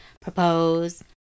propose